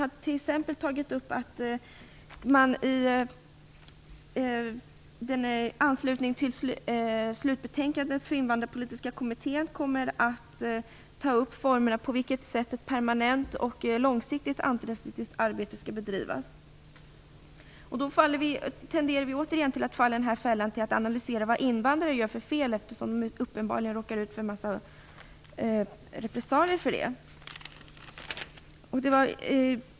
Det nämns i svaret att man i anslutning till Invandrarpolitiska kommitténs slutbetänkande kommer att ta upp frågan på vilket sätt ett permanent och långsiktigt antirasistiskt arbete skall bedrivas. Då tenderar vi återigen att falla i fällan att analysera vad invandrare gör för fel, eftersom de uppenbarligen råkar ut för en massa repressalier.